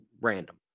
random